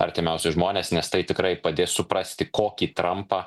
artimiausi žmonės nes tai tikrai padės suprasti kokį trampą